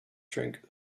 drink